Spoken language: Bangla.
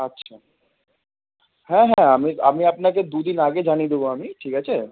আচ্ছা হ্যাঁ হ্যাঁ আমি আমি আপনাকে দু দিন আগে জানিয়ে দেবো আমি ঠিক আছে